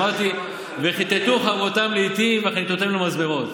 אמרתי: "וכתתו חרבותם לאתים וחניתותיהם למזמרות".